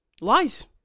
Lies